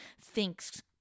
thinks